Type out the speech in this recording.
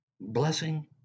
blessing